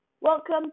Welcome